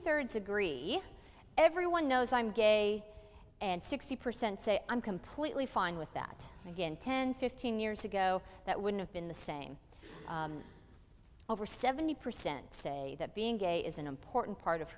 thirds agree everyone knows i'm gay and sixty percent say i'm completely fine with that again ten fifteen years ago that would've been the same over seventy percent say that being gay is an important part of